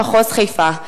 במחוז חיפה,